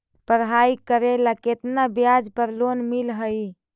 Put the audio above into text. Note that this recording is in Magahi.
पढाई करेला केतना ब्याज पर लोन मिल हइ?